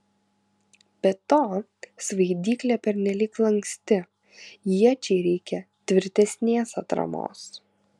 be to svaidyklė pernelyg lanksti iečiai reikia tvirtesnės atramos